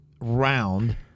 round